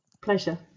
Pleasure